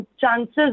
chances